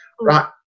Right